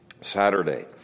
Saturday